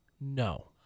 no